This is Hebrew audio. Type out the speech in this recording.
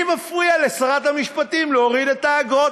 מי מפריע לשרת המשפטים להוריד את האגרות,